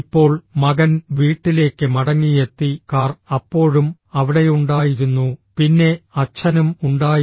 ഇപ്പോൾ മകൻ വീട്ടിലേക്ക് മടങ്ങിയെത്തി കാർ അപ്പോഴും അവിടെയുണ്ടായിരുന്നു പിന്നെ അച്ഛനും ഉണ്ടായിരുന്നു